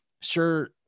sure